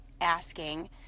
asking